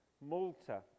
Malta